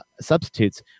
substitutes